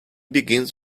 begins